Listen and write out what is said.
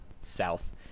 south